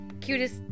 cutest